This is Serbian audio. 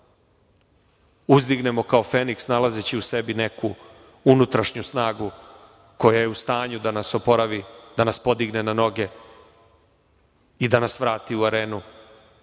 uzdignemo kao feniks nalazeći u sebi neku unutrašnju snagu koja je u stanju da nas oporavi, da nas podigne na noge i da nas vrati u arenu,